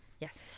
Yes